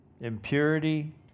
impurity